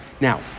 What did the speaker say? Now